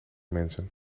mensen